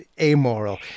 amoral